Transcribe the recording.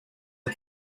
are